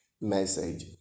Message